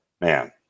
man